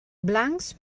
blancs